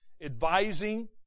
advising